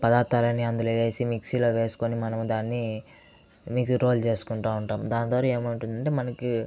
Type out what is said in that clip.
పదార్థాలని అందులో వేసి మిక్సీ లో వేసుకొని మనం దాన్ని మిదురోల్ చేసుకుంటా ఉంటాము దాని ద్వారా ఏమవుతుంది అంటే మనకు